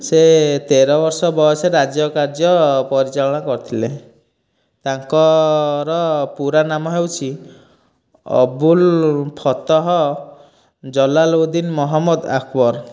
ସେ ତେର ବର୍ଷ ବୟସରେ ରାଜ୍ୟ କାର୍ଯ୍ୟ ପରିଚାଳନା କରିଥିଲେ ତାଙ୍କର ପୁରା ନାମ ହେଉଛି ଅବୁଲ ଫତଃ ଜଲାଲଉଦିନ ମହମଦ ଆକବର